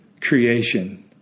creation